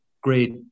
great